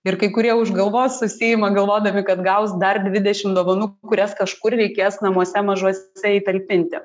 ir kai kurie už galvos susiima galvodami kad gaus dar dvidešim dovanų kurias kažkur reikės namuose mažuose įtalpinti